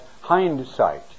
hindsight